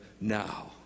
now